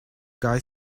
guy